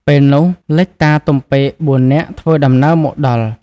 ពេលនោះលេចតា ទំពែក បួននាក់ធ្វើដំណើរមកដល់។